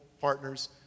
partners